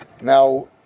Now